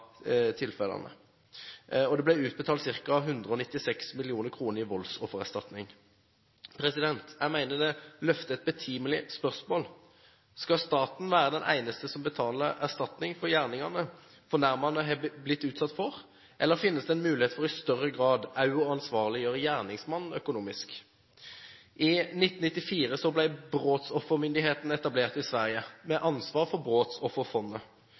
tilfellene, og det ble utbetalt ca. 196 mill. kr i voldsoffererstatning. Jeg mener det løfter et betimelig spørsmål. Skal staten være den eneste som betaler erstatning for gjerningene fornærmede har blitt utsatt for, eller finnes det en mulighet for i større grad å ansvarliggjøre gjerningsmannen økonomisk? I 1994 ble Brottsoffermyndigheten etablert i Sverige, med ansvar for